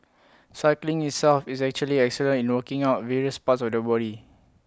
cycling itself is actually excellent in working out various parts of the body